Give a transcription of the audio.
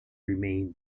remain